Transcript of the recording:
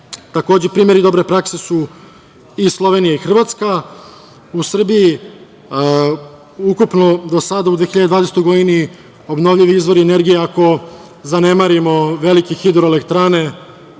primeri dobre prakse su i Slovenija i Hrvatska. U Srbiji ukupno do sada u 2020. godini, obnovljivi izvori energije, ako zanemarimo velike hidroelektrane,